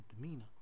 demeanor